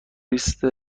لیست